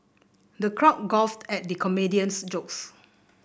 the crowd guffawed at the comedian's jokes